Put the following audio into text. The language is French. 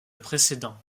précédent